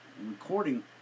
recording